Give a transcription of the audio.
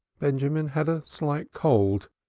benjamin had a slight cold,